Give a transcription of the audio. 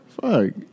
Fuck